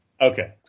Okay